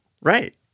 Right